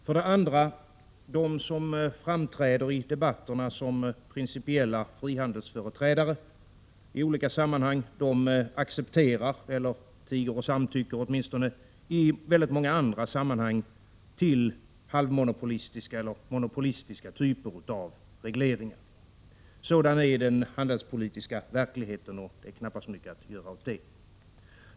För det andra: De som framträder i debatterna som principiella frihandelsföreträdare i olika sammanhang accepterar i väldigt många andra sammanhang eller åtminstone tiger och samtycker till halvmonopolistiska eller monopolistiska typer av regleringar. Sådan är den handelspolitiska verkligheten, och det är knappast så mycket att göra åt det.